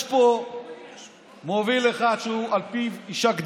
יש פה מוביל אחד שעל פיו יישק דבר.